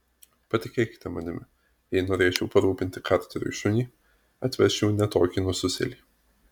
patikėkite manimi jei norėčiau parūpinti karteriui šunį atvesčiau ne tokį nususėlį